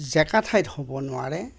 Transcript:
জেকা ঠাইত হ'ব নোৱাৰে